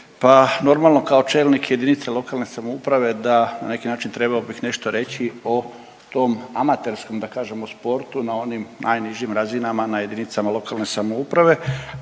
normalno kao čelnik jedinice lokalne samouprave da na neki način trebao bih nešto reći o tom amaterskom da kažemo sportu na onim najnižim razinama, na jedinicama lokalne samouprave,